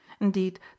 indeed